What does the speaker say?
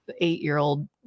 eight-year-old